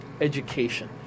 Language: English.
education